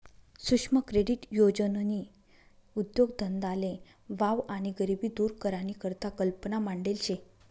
सुक्ष्म क्रेडीट योजननी उद्देगधंदाले वाव आणि गरिबी दूर करानी करता कल्पना मांडेल शे